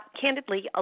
candidly